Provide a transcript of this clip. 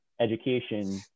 education